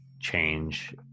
change